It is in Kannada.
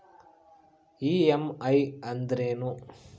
ಇ.ಎಮ್.ಐ ಅಂದ್ರೇನು?